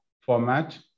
format